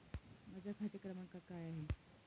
माझा खाते क्रमांक काय आहे?